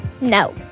No